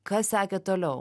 kas sekė toliau